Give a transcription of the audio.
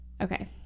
Okay